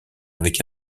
avec